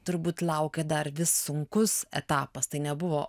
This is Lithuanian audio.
turbūt laukė dar sunkus etapas tai nebuvo